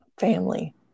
family